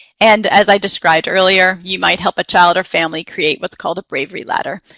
and, as i described earlier, you might help a child or family create what's called a bravery ladder.